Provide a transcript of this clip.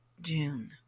June